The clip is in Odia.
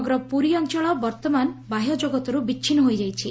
ସମଗ୍ର ପୁରୀ ଅଞ୍ଚଳ ବର୍ତ୍ତମାନ ବାହ୍ୟ ଜଗତରୁ ବିଛିନ୍ନ ହୋଇଯାଇଛି